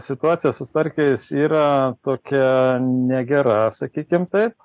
situacija su starkiais yra tokia negera sakykim taip